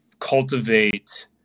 cultivate